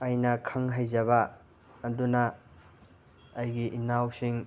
ꯑꯩꯅ ꯈꯪ ꯍꯩꯖꯕ ꯑꯗꯨꯅ ꯑꯩꯒꯤ ꯏꯅꯥꯎꯁꯤꯡ